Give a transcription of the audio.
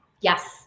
yes